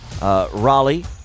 Raleigh